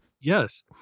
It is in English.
yes